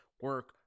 Work